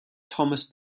thomas